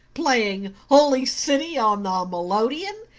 playing holy city on the melodeon,